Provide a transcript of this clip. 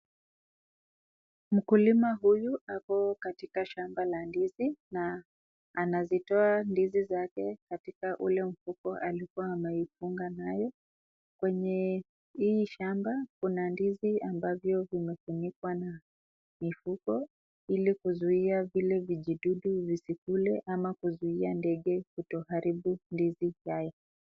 Mkulima huyu ako katika shamba la ndizi na anazitoa ndizi zake katika ule mfuko alikuwa ameifunga nayo. Kwenye hii shamba kuna ndizi ambazo zimefunikwa na mifuko ili kuzuia vile vijidudu visikule ama kuzuia ndege kutoharibu ndizi zake.